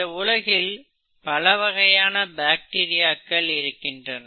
இந்த உலகில் பல வகையான பாக்டீரியாக்கள் இருக்கின்றன